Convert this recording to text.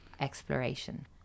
exploration